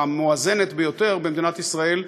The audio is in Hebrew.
המואזנת ביותר במדינת ישראל,